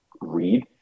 read